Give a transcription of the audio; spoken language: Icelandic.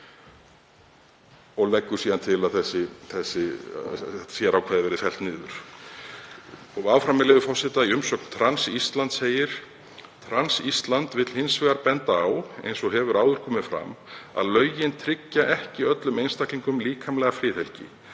Og leggur síðan til að þessi sérákvæði verði felld niður. Og áfram, með leyfi forseta, segir í umsögn Trans Íslands: Trans Ísland vill hins vegar benda á, eins og hefur áður komið fram, að lögin tryggja ekki öllum einstaklingum líkamlega friðhelgi.